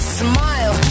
smile